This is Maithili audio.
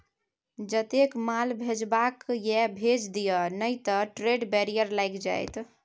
जतेक माल भेजबाक यै भेज दिअ नहि त ट्रेड बैरियर लागि जाएत